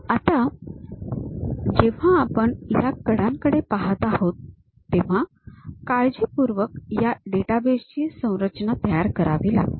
आता जेव्हा आपण या कडांकडे पाहत आहोत तेव्हा काळजीपूर्वक या डेटाबेस ची संरचना तयार करावी लागते